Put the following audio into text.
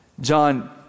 John